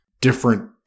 different